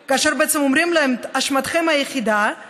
כול, כאשר בעצם אומרים להם: אשמתכם היחידה היא